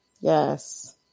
Yes